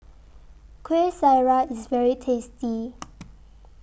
Kueh Syara IS very tasty